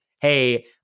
hey